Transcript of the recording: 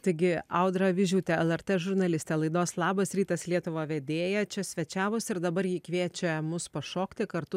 taigi audra avižiūtė lrt žurnalistė laidos labas rytas lietuva vedėja čia svečiavosi ir dabar ji kviečia mus pašokti kartu